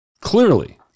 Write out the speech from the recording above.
Clearly